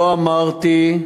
לא אמרתי,